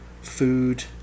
food